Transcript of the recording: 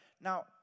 Now